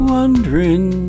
Wondering